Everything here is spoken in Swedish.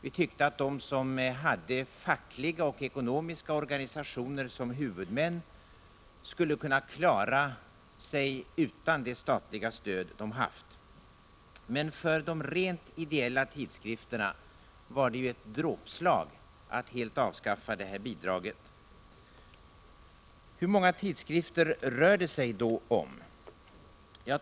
Vi tyckte att de som hade fackliga och ekonomiska organisationer som huvudmän skulle kunna klara sig utan det statliga stöd de haft. Men för de rent ideella tidskrifterna är det ett dråpslag att det här bidraget helt avskaffas. Hur många tidskrifter rör det sig då om?